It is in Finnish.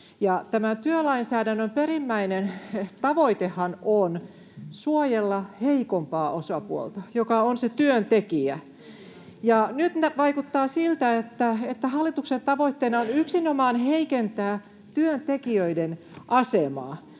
Työlainsäädännön perimmäinen tavoitehan on suojella heikompaa osapuolta, joka on se työntekijä, ja nyt vaikuttaa siltä, että hallituksen tavoitteena on yksinomaan heikentää työntekijöiden asemaa.